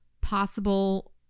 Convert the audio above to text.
possible